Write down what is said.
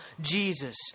Jesus